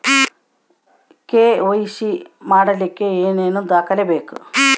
KYC ಮಾಡಲಿಕ್ಕೆ ಏನೇನು ದಾಖಲೆಬೇಕು?